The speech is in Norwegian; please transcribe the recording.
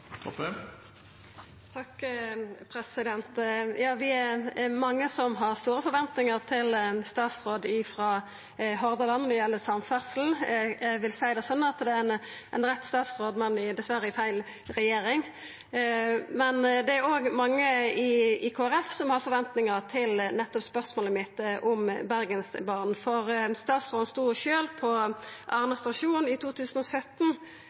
Vi er mange som har store forventningar til ein statsråd frå Hordaland når det gjeld samferdsel. Eg vil seia det sånn at det er rett statsråd, men diverre i feil regjering. Det er òg mange i Kristeleg Folkeparti som har forventningar til nettopp spørsmålet mitt om Bergensbanen. Statsråden stod sjølv på Arna stasjon i 2017